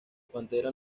pantera